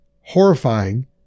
horrifying